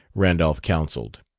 randolph counselled.